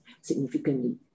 significantly